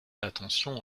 l’attention